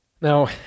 Now